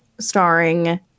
Starring